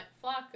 flock